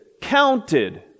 counted